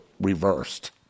reversed